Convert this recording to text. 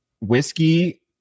whiskey